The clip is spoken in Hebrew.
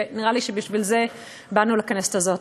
כי נראה לי שבשביל זה באנו לכנסת הזאת.